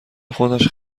خودش